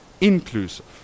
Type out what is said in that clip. inclusive